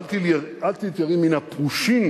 "אל תתייראי מן הפרושים